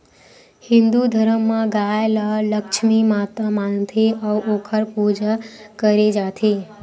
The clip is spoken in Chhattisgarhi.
हिंदू धरम म गाय ल लक्छमी माता मानथे अउ ओखर पूजा करे जाथे